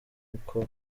uko